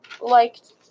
liked